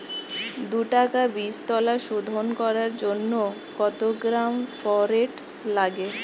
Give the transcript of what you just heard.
দু কাটা বীজতলা শোধন করার জন্য কত গ্রাম ফোরেট লাগে?